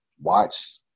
watch